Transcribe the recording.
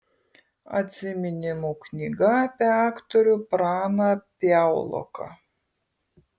atsiminimų knyga apie aktorių praną piauloką